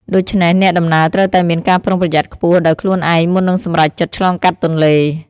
ដូច្នេះអ្នកដំណើរត្រូវតែមានការប្រុងប្រយ័ត្នខ្ពស់ដោយខ្លួនឯងមុននឹងសម្រេចចិត្តឆ្លងកាត់ទន្លេ។